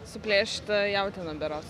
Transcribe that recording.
su plėšyta jautiena berods